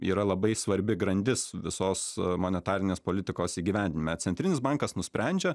yra labai svarbi grandis visos monetarinės politikos įgyvendinime centrinis bankas nusprendžia